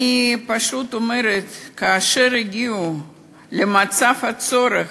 אני פשוט אומרת, כאשר הגיעו למצב הצורך,